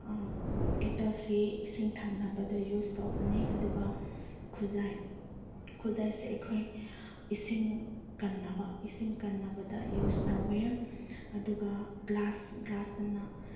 ꯀꯦꯇꯜꯁꯤ ꯏꯁꯤꯡ ꯊꯝꯅꯕꯗ ꯌꯨꯁ ꯇꯧꯕꯅꯦ ꯑꯗꯨꯒ ꯈꯨꯖꯥꯏ ꯈꯨꯖꯥꯏꯁꯦ ꯑꯩꯈꯣꯏ ꯏꯁꯤꯡ ꯀꯟꯅꯕ ꯏꯁꯤꯡ ꯀꯟꯅꯕꯗ ꯌꯨꯁ ꯇꯧꯋꯦ ꯑꯗꯨꯒ ꯒ꯭ꯂꯥꯁ ꯒ꯭ꯂꯥꯁꯇꯅ